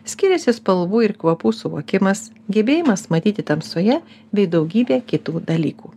skiriasi spalvų ir kvapų suvokimas gebėjimas matyti tamsoje bei daugybė kitų dalykų